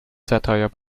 satire